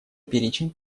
перечень